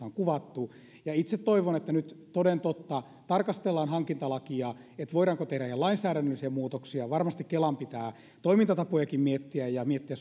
on kuvattu itse toivon että nyt toden totta tarkastellaan hankintalakia voidaanko tehdä ihan lainsäädännöllisiä muutoksia varmasti kelan pitää toimintatapojakin miettiä ja miettiä